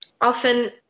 often